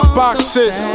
boxes